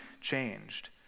changed